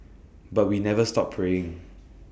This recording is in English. but we never stop praying